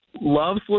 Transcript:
Loves